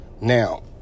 Now